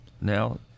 now